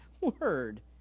word